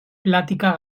plática